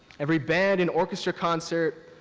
every band and orchestra concert,